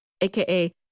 aka